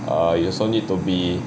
err you also need to be